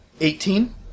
Eighteen